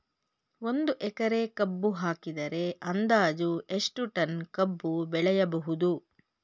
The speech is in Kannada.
ಒಂದು ಎಕರೆ ಕಬ್ಬು ಹಾಕಿದರೆ ಅಂದಾಜು ಎಷ್ಟು ಟನ್ ಕಬ್ಬು ಬೆಳೆಯಬಹುದು?